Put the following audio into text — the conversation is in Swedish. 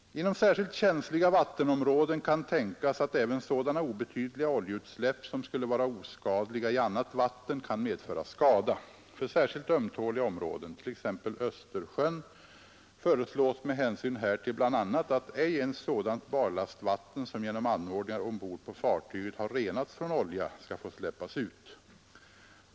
Inom särskilt känsliga vattenområden kan tänkas att även sådana obetydliga oljeutsläpp, som skulle vara oskadliga i annat vatten, kan medföra skada. För särskilt ömtåliga områden, t.ex. Östersjön, föreslås med hänsyn härtill bl.a. att ej ens sådant barlastvatten, som genom anordningar ombord på fartyget har renats från olja, skall få släppas ut.